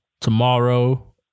tomorrow